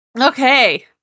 Okay